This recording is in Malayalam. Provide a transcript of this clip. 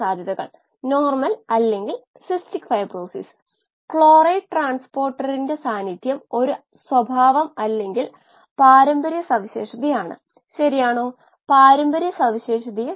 വിലകൾ ഈ സമവാക്യത്തിൽ കൊടുക്കുന്നു lnCC Co2 വ്യത്യസ്ത സമയ പോയിന്റുകൾക്കായി